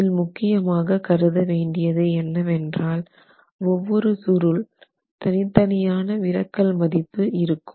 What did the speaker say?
இதில் முக்கியமாக கருத வேண்டியது என்னவென்றால் ஒவ்வொரு சுருள் தனித்தனியான விலக்கல் மதிப்பு இருக்கும்